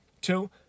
Two